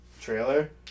trailer